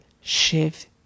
shift